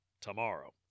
tomorrow